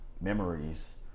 memories